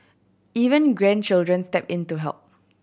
even grandchildren step in to help